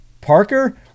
Parker